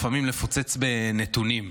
לפוצץ בנתונים,